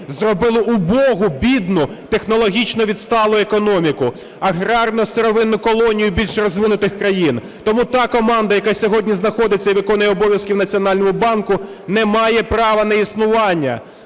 зробили убогу, бідну, технологічно відсталу економіку, аграрно-сировинну колонію більш розвинутих країн. Тому та команда, яка сьогодні знаходиться і виконує обов'язки в Національному банку, не має права на існування.